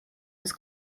was